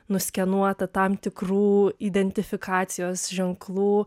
nuskenuota tam tikrų identifikacijos ženklų